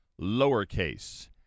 lowercase